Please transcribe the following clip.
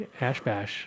Ashbash